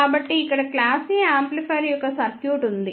కాబట్టి ఇక్కడ class A amplifier యొక్క సర్క్యూట్ ఉంది